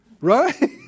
right